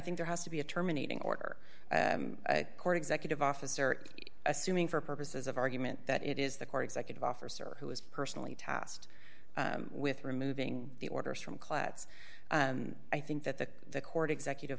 think there has to be a terminating order court executive officer assuming for purposes of argument that it is the core executive officer who is personally tast with removing the orders from clades and i think that the court executive